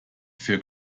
für